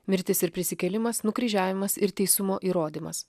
mirtis ir prisikėlimas nukryžiavimas ir teisumo įrodymas